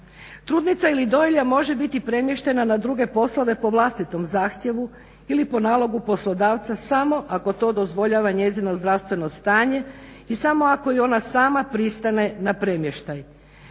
Trudnica ili dojilja može biti premještena na druge poslove po vlastitom zahtjevu ili po nalogu poslodavca samo ako to dozvoljava njezino zdravstveno stanje i samo ako i ona sama pristane na premještaj.